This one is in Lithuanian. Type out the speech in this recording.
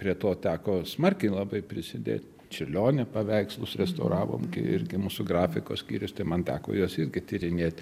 prie to teko smarkiai labai prisidėt čiurlionio paveikslus restauravom irgi mūsų grafikos skyrius tai man teko juos visgi tyrinėt